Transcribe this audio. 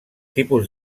tipus